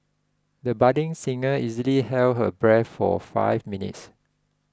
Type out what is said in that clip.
the budding singer easily held her breath for five minutes